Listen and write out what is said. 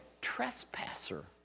trespasser